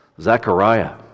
Zechariah